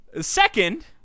Second